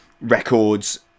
records